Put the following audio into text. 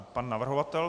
Pan navrhovatel.